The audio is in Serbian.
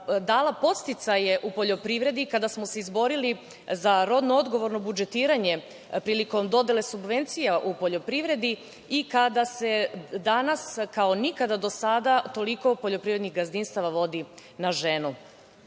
dala podsticaje u poljoprivredi, kada smo se izborili za rodno odgovorno budžetiranje prilikom dodele subvencija u poljoprivredi i kada se danas kao nikada do sada toliko poljoprivrednih gazdinstava vodi na